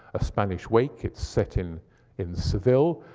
a spanish wake. it's set in in seville.